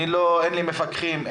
אין לי מפקחים,